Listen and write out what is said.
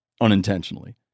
unintentionally